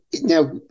Now